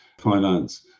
finance